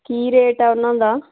ਕੀ rate ਹੈ ਉਨ੍ਹਾਂ ਦਾ